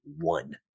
one